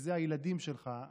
שאלה הילדים שלך,